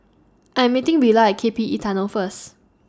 I Am meeting Willa At K P E Tunnel First